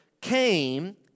came